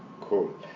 Cool